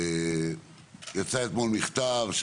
יצא אתמול מכתב,